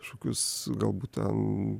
kažkokius galbūt ten